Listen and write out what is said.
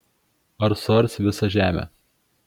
ar suars visą žemę